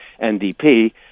NDP